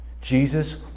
jesus